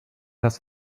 das